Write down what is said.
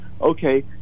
okay